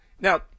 Now